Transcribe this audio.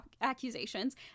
accusations